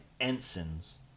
ensigns